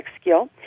skill